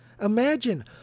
Imagine